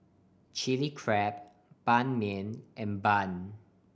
Chilli Crab Ban Mian and bun